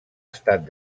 estat